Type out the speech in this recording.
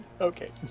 Okay